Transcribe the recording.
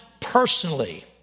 personally